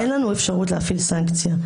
אין לנו אפשרות להפעיל סנקציה.